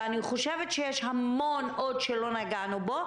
ואני חושבת שיש עוד המון שלא נגענו בו.